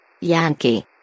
Yankee